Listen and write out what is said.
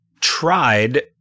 tried